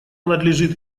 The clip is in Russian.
надлежит